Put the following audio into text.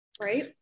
Right